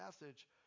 message